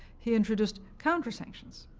he introduced countersanctions,